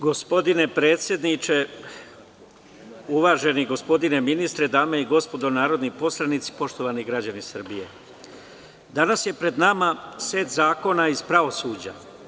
Gospodine predsedniče, uvaženi gospodine ministre, dame i gospodo narodni poslanici, poštovani građani Srbije, danas je pred nama set zakona iz pravosuđa.